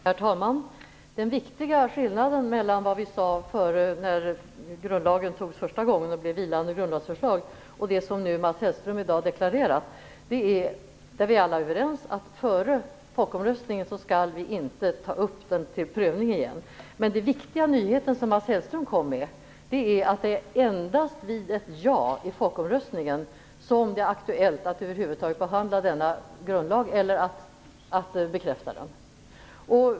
Herr talman! Den viktiga skillnaden mellan vad vi sade när grundlagsändringen antogs första gången och blev ett vilande grundlagsförslag och det som Mats Hellström i dag deklarerar är - där är vi alla överens - att vi före folkomröstningen inte skall ta upp saken till prövning igen. Men den viktiga nyhet som Mats Hellström kom med är att det endast vid ett ja i folkomröstningen blir aktuellt att över huvud taget behandla denna grundlagsändring eller befästa den.